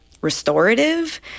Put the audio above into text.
restorative